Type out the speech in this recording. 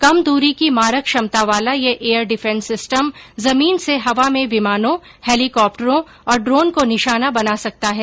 कम दूरी की मारक क्षमता वाला यह एयर डिफेंस सिस्टम जमीन से हवा में विमानों हेलीकोप्टरों और ड्रोन को निशाना बना सकता है